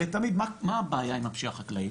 הרי תמיד מה הבעיה עם הפשיעה החקלאית?